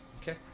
Okay